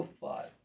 five